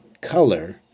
color